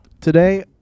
Today